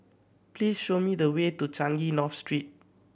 please show me the way to Changi North Street